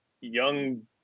young